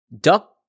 Duck